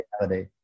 reality